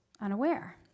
unaware